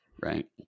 right